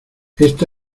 esta